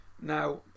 Now